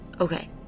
Okay